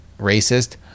racist